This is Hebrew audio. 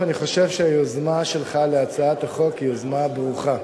אני חושב שהיוזמה שלך להצעת החוק היא יוזמה ברוכה.